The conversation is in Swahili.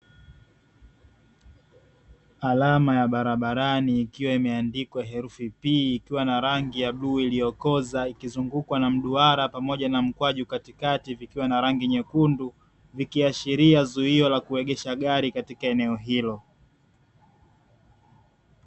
Alama ya barabarani ikiwa imeandikwa herufi 'P' ikiwa na rangi ya bluu iliyokoza, ikizungukwa na mduara pamoja na mkwaju katikati, vikiwa na rangi nyekundu. Vikiashiria zuio la kuegesha gari katika eneo hilo.